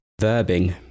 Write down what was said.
verbing